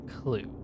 clue